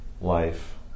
life